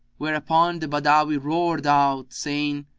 where upon the badawi roared out, saying,